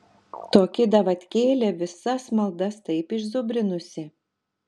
toki davatkėlė visas maldas taip išzubrinusi